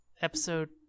episode